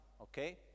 Okay